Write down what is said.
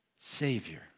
Savior